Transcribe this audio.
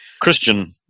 Christian